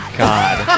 god